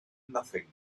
nothing